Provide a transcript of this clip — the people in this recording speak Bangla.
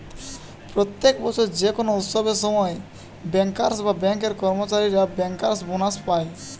প্রত্যেক বছর যে কোনো উৎসবের সময় বেঙ্কার্স বা বেঙ্ক এর কর্মচারীরা বেঙ্কার্স বোনাস পায়